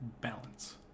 Balance